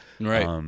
Right